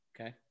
okay